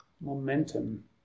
momentum